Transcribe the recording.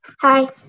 hi